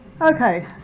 Okay